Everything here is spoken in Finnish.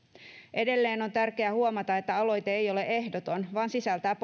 edelleen on tärkeää huomata että aloite ei ole ehdoton vaan sisältää